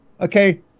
okay